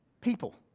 People